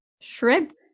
shrimp